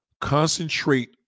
concentrate